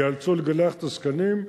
ייאלצו לגלח את הזקנים.